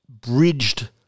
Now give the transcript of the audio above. bridged